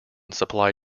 supply